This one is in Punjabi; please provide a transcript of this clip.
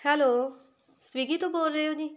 ਹੈਲੋ ਸਵਿਗੀ ਤੋਂ ਬੋਲ ਰਹੇ ਹੋ ਜੀ